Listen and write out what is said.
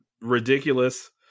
Ridiculous